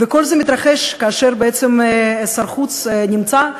וכל זה מתרחש כאשר שר החוץ נמצא,